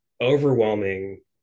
overwhelming